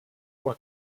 were